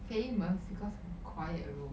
famous because of a quiet role